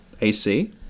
AC